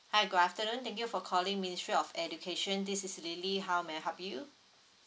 hi good afternoon thank you for calling ministry of education this is lily how may I help you